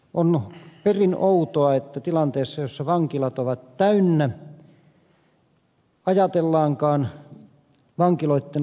on perin outoa että tilanteessa jossa vankilat ovat täynnä ajatellaankaan vankiloitten lakkauttamisia